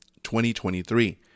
2023